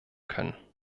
können